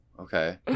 okay